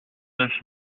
neuf